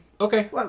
Okay